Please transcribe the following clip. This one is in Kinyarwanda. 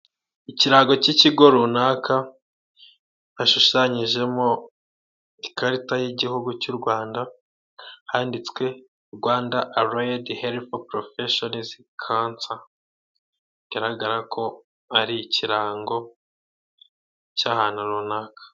Ikirango cy'ikigo runaka, hashushanyijemo ikarita y'igihugu cy'u Rwanda handitswe Rwanda alayedi helifu profeshonizi kanso, igaragara ko ari ikirango cy'ahantu runaka.